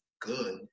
good